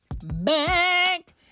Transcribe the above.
back